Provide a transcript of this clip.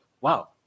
Wow